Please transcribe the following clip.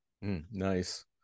nice